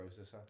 processor